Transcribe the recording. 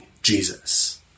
Jesus